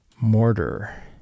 Mortar